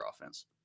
offense